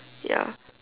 ya